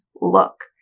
look